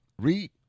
Read